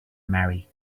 marry